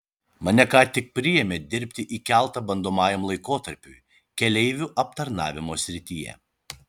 mane ką tik priėmė dirbti į keltą bandomajam laikotarpiui keleivių aptarnavimo srityje